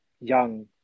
young